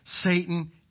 Satan